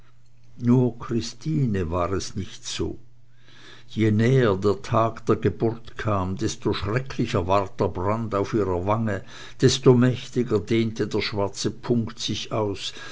nur christine war es nicht so je näher der tag der geburt kam desto schrecklicher ward der brand auf ihrer wange desto mächtiger dehnte der schwarze punkt sich aus